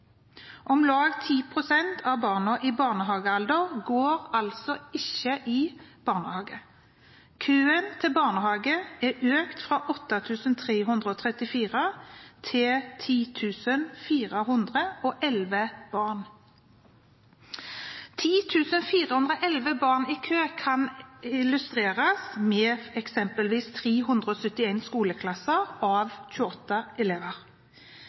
Om lag 10 pst. av barna i barnehagealder går altså ikke i barnehage. Barnehagekøen har økt fra 8 334 til 10 411 barn. 10 411 barn i kø kan illustreres med eksempelvis 371 skoleklasser à 28 elever.